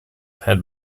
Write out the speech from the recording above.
had